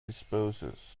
disposes